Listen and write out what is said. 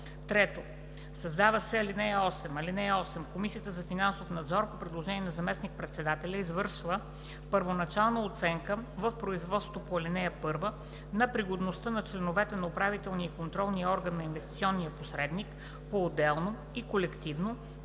3. Създава се ал. 8: „(8) Комисията за финансов надзор по предложение на заместник-председателя извършва първоначална оценка в производството по ал. 1 на пригодността на членовете на управителния и контролния орган на инвестиционния посредник, поотделно и колективно,